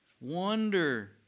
Wonder